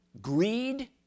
greed